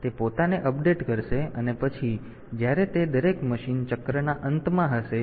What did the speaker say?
તેથી તે પોતાને અપડેટ કરશે અને પછી જ્યારે તે દરેક મશીન ચક્રના અંતમાં હશે